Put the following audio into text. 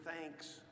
thanks